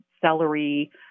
celery